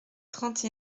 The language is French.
trente